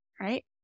Right